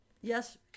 yes